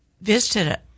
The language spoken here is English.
visited